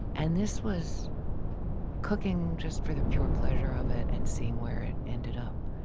and this was cooking just for the pure pleasure of it, and seeing where it ended up.